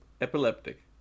epileptic